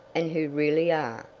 and who really are,